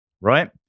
right